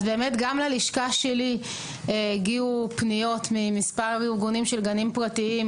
אז באמת גם ללשכה שלי הגיעו פניות ממספר ארגונים של גנים פרטיים,